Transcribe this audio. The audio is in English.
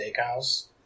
steakhouse